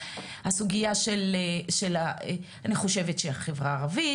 הסוגיה של אני חושבת שהחברה הערבית,